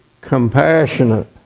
Compassionate